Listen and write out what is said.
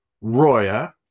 Roya